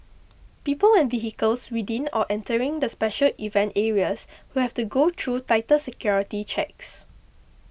people and vehicles within or entering the special event areas will have to go through tighter security checks